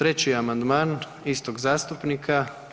3. amandman istog zastupnika.